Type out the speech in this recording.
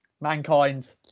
Mankind